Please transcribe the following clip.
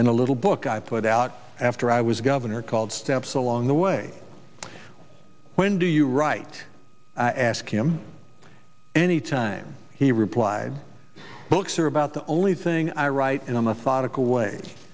and a little book i put out after i was governor called steps along the way when do you write i ask him any time he replied books are about the only thing i write